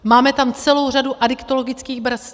Máme tam celou řadu adiktologických brzd.